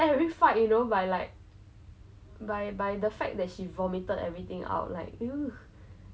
they catered the food for I guess hygiene purposes also so it all came packaged in a styrofoam box